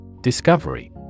Discovery